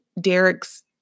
Derek's